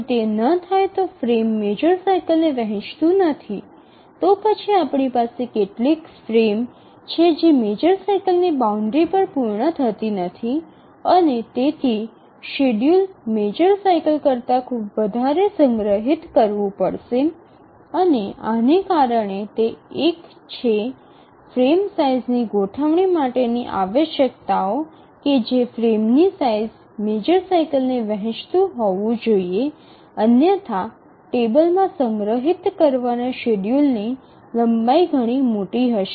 જો તે ન થાય તો ફ્રેમ મેજર સાઇકલને વહેચતું નથી તો પછી આપણી પાસે કેટલીક ફ્રેમ છે જે મેજર સાઇકલની બાઉન્ડ્રી પર પૂર્ણ થતી નથી અને તેથી શેડ્યૂલ મેજર સાઇકલ કરતાં ખૂબ વધારે સંગ્રહિત કરવું પડશે અને આને કારણે તે એક છે ફ્રેમ સાઇઝની ગોઠવણી માટેની આવશ્યકતાઓ કે જે ફ્રેમની સાઇઝ મેજર સાઇકલને વહેચતું હોવું જોઈએ અન્યથા ટેબલમાં સંગ્રહિત કરવાના શેડ્યૂલની લંબાઈ ઘણી મોટી હશે